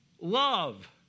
love